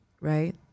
right